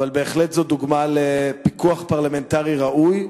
אבל בהחלט זו דוגמה לפיקוח פרלמנטרי ראוי.